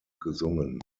gesungen